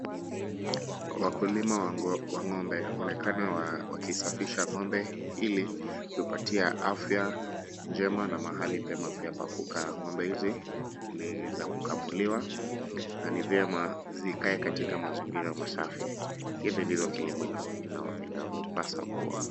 Wakulima wa ng'ombe wanaonekana wakisafisha ng'ombe ili kuipatia afya njema na mahali pema pia pa kukaa ng'ombe hizi ni za kukamuliwa na vyema zikae kwenye mazingira masafi ,hivi ndivyo kilimo inavyopasa kua .